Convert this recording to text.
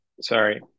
sorry